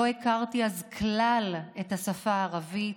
לא הכרתי אז כלל את השפה הערבית,